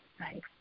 Right